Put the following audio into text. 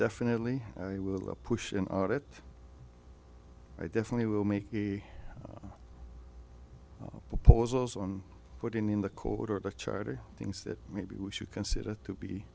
definitely will a push an audit i definitely will make the proposals on putting in the code or the charter things that maybe we should consider to be